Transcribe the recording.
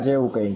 જેવું કંઈક